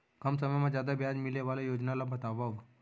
कम समय मा जादा ब्याज मिले वाले योजना ला बतावव